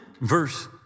verse